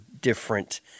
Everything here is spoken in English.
different